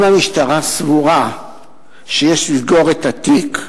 אם המשטרה סבורה שיש לסגור את התיק,